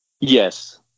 Yes